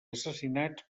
assassinats